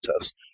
test